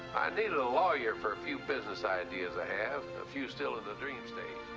need ah a lawyer for a few business ideas i have, a few still in the dream stage.